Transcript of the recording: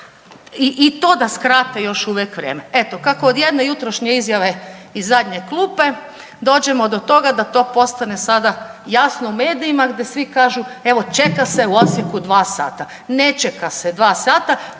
i to da skrate još uvijek vrijeme. Eto kako od jedne jutrošnje izjave iz zadnje klupe dođemo do toga da to postane sada jasno u medijima, gdje svi kažu evo čeka se u Osijeku dva sata. Ne čeka se dva sata.